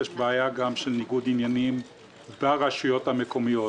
יש גם בעיה של ניגוד עניינים ברשויות המקומיות.